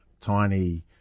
Tiny